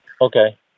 Okay